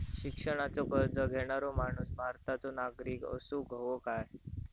शिक्षणाचो कर्ज घेणारो माणूस भारताचो नागरिक असूक हवो काय?